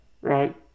right